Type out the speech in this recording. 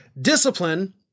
discipline